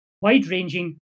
wide-ranging